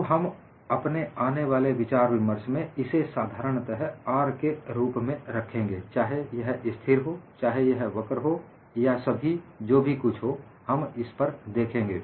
तो हम अपने आने वाले विचार विमर्श में इसे साधारणत R के रूप में रखेंगे चाहे यह स्थिर हो चाहे यह वक्र हो या सभी जो भी कुछ हो हम इस पर देखेंगे